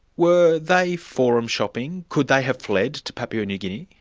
were they forum-shopping? could they have fled to papua new guinea?